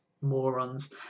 morons